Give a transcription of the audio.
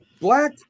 Black